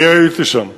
אני הייתי שם,